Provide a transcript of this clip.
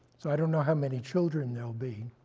so i don't know how many children they'll be,